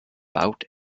bout